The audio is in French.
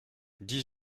dix